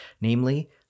namely